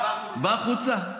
בחוצה.